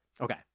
Okay